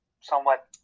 somewhat